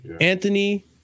Anthony